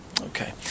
Okay